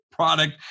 product